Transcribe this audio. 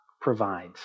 provides